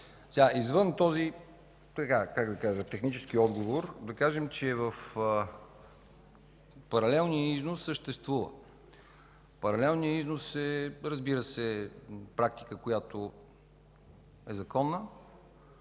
Извън този технически отговор, да кажем, че паралелният износ съществува. Паралелният износ е законна практика, но тя трябва